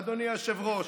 אדוני היושב-ראש,